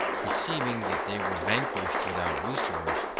perceiving that they were vanquished without resource,